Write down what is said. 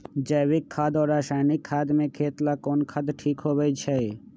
जैविक खाद और रासायनिक खाद में खेत ला कौन खाद ठीक होवैछे?